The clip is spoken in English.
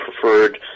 preferred